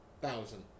Thousand